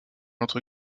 notre